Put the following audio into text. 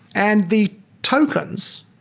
and the tokens,